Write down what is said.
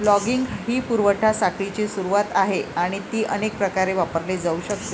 logging ही पुरवठा साखळीची सुरुवात आहे आणि ती अनेक प्रकारे वापरली जाऊ शकते